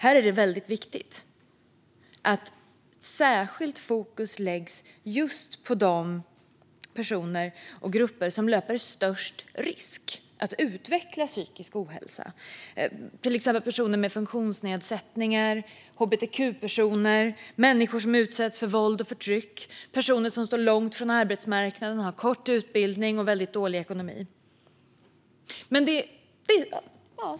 Här är det viktigt att särskilt fokus läggs just på de personer och grupper som löper störst risk att utveckla psykisk ohälsa, till exempel personer med funktionsnedsättningar, hbtq-personer, människor som utsätts för våld och förtryck och personer som står långt ifrån arbetsmarknaden och har kort utbildning och väldigt dålig ekonomi.